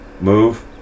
Move